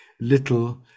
little